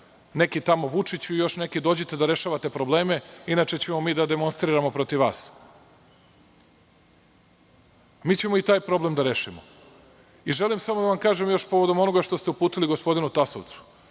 neki tamo Vučiću i još neki dođite da rešavate probleme inače ćemo mi da demonstriramo protiv vas. Mi ćemo i taj problem da rešimo. Želim da vam kažem još samo povodom onoga što ste uputili gospodinu Tasovcu.